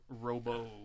Robo